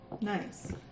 Nice